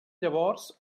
llavors